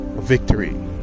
victory